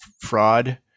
fraud